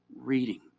reading